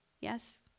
yes